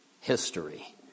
history